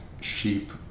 sheep